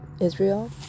Israel